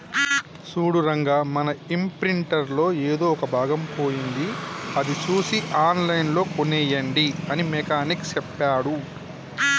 సూడు రంగా మన ఇంప్రింటర్ లో ఎదో ఒక భాగం పోయింది అది సూసి ఆన్లైన్ లో కోనేయండి అని మెకానిక్ సెప్పాడు